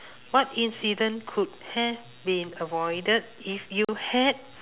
what incident could have been avoided if you had